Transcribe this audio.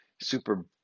super